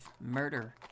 murder